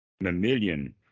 mammalian